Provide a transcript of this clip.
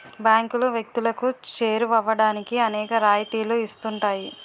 బ్యాంకులు వ్యక్తులకు చేరువవడానికి అనేక రాయితీలు ఇస్తుంటాయి